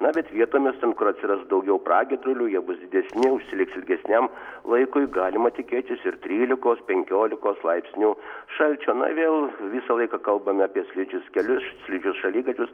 na bet vietomis ten kur atsiras daugiau pragiedrulių jie bus didesni užsiliks ilgesniam laikui galima tikėtis ir trylikos penkiolikos laipsnių šalčio na vėl visą laiką kalbam apie slidžius kelius slidžius šaligatvius